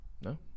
no